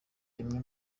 imwe